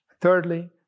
Thirdly